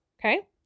okay